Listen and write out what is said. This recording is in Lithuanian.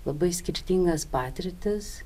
labai skirtingas patirtis